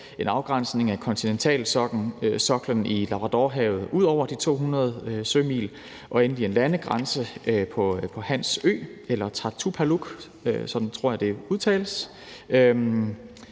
en afgrænsning af kontinentalsoklen i Labradorhavet ud over de 200 sømil og endelig en landegrænse på Hans Ø eller Tartupaluk – sådan tror jeg man siger